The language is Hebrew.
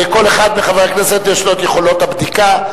כל אחד מחברי הכנסת יש לו יכולת הבדיקה.